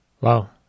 Wow